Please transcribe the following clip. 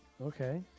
Okay